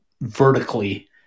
vertically